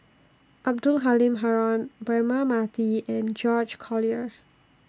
Abdul Halim Haron Braema Mathi and George Collyer